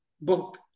book